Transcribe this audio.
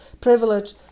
privilege